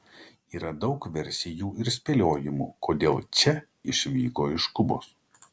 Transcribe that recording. yra daug versijų ir spėliojimų kodėl če išvyko iš kubos